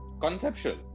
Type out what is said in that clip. Conceptual